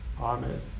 amen